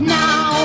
now